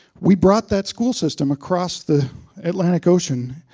we brought that school system across the atlantic ocean.